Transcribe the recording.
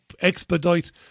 expedite